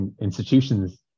institutions